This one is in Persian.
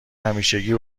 همیشگی